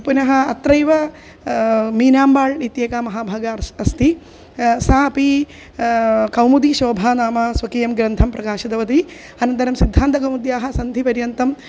पुनः अत्रैव मीनाम्बाळ् इत्येका महाभागा अस्ति सा अपि कौमुदीशोभा नाम स्वकीयं ग्रन्थं प्रकाशितवती अनन्तरं सिद्धान्तकौमुद्याः सन्धिपर्यन्तं